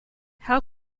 how